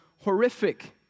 horrific